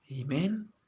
Amen